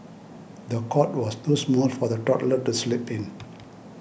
the cot was too small for the toddler to sleep in